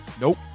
Nope